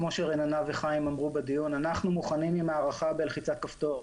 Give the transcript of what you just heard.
כמו שרננה וחיים אמרו בדיון אנחנו מוכנים עם ההארכה בלחיצת כפתור.